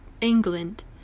England